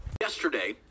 Yesterday